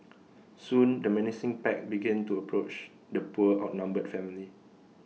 soon the menacing pack began to approach the poor outnumbered family